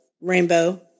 rainbow